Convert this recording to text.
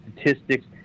statistics